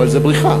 אבל זו בריכה,